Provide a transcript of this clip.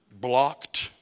blocked